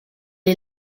est